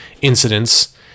incidents